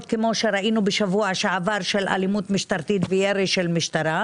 כפי שראינו בשבוע שעבר של אלימות משטרתית וירי של משטרה,